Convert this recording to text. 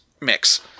mix